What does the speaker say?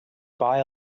buy